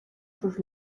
sus